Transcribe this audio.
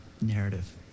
Narrative